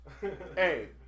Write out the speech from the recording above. Hey